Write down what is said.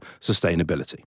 sustainability